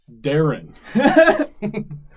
Darren